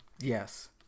yes